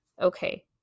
okay